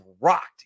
rocked